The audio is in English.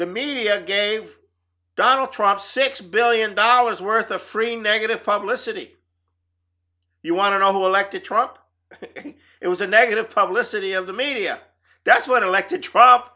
the media gave donald trump six billion dollars worth of free negative publicity you wanna know who elected trump it was a negative publicity of the media that's what i like to